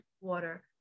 water